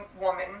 woman